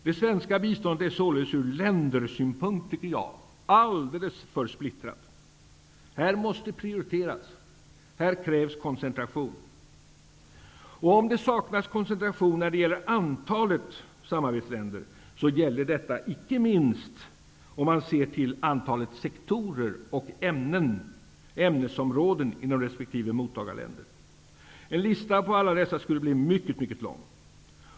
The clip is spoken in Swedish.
Det svenska biståndet är således vad gäller antalet länder, tycker jag, alldeles för splittrat. Här måste prioriteras. Här krävs koncentration. Om det saknas koncentration vad beträffar antalet samarbetsländer, så gäller det ännu mer vad beträffar antalet sektorer och ämnesområden som omfattas av biståndet inom resp. mottagarland. En lista på alla dessa sektorer skulle bli mycket, mycket lång.